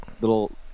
little